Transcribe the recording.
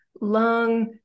lung